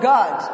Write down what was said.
God